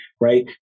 right